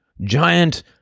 giant